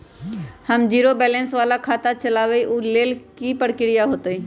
हम zero balance वाला खाता चाहइले वो लेल की की प्रक्रिया होतई?